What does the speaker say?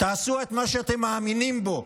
תעשו את מה שאתם מאמינים בו,